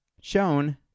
shown